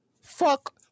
Fuck